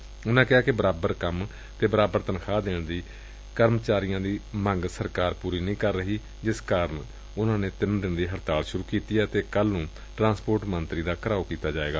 ਉਨੁਾਂ ਕਿਹਾ ਕਿ ਬਰਾਬਰ ਕੰਮ ਅਤੇ ਬਰਾਬਰ ਤਨਖਾਹ ਦੇਣ ਦੀ ਕਰਮਚਾਰੀਆਂ ਦੀ ਮੰਗ ਸਰਕਾਰ ਪਰੀ ਨਹੀ ਕਰ ਰਹੀ ਜਿਸ ਕਾਰਨ ੳਨਾਂ ਤਿੱਨ ਦਿਨ ਦੀ ਹਤਤਾਲ ਸ਼ਰ ਕੀਤੀ ਏ ਅਤੇ ਭਲਕੇ ਟਰਾਸਪੋਰਟ ਮੰਤਰੀ ਦਾ ਕਰਨ ਘਿਰਾਓ ਕੀਤਾ ਜਾਵੇਗਾ